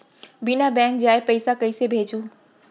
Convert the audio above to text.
बिना बैंक जाए पइसा कइसे भेजहूँ?